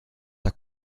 der